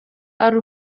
ari